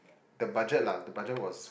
the budget lah the budget was